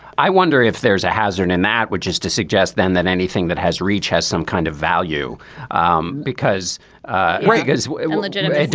i wonder if there is a hazard in that which is to suggest then that anything that has reach has some kind of value um because reagan's legitimate.